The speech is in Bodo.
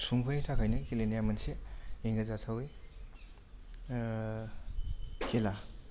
सुबुंफोरनि थाखायनो गेलेनाया मोनसे एंगारजाथावि खेला